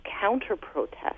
counter-protests